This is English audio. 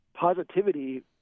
positivity